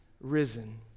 risen